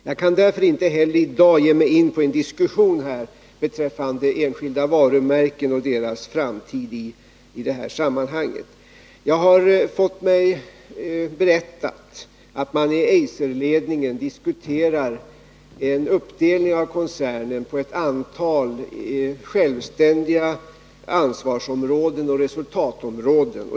Jag kan därför inte heller i dag ge mig in på en diskussion beträffande enskilda varumärken och deras framtid i detta sammanhang. Det har berättats för mig att man i Eiserledningen diskuterar en uppdelning av koncernen på ett antal självständiga ansvarsområden och resultatområden.